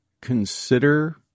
consider